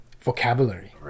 vocabulary